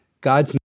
God's